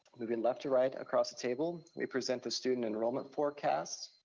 moving left to right across the table, we present the student enrollment forecast.